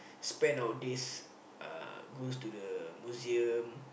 spend our days uh goes to the museum